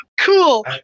cool